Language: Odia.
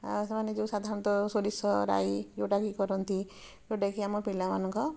ଆଉ ସେମାନେ ଯେଉଁ ସାଧାରଣତଃ ସୋରିଷ ରାଇ ଯେଉଁଟାକି କରନ୍ତି ଯେଉଁଟାକି ଆମ ପିଲାମାନଙ୍କ